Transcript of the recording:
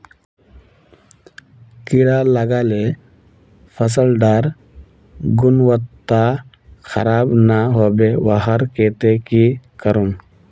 कीड़ा लगाले फसल डार गुणवत्ता खराब ना होबे वहार केते की करूम?